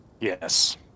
Yes